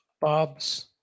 Bob's